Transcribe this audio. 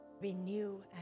Renew